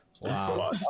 Wow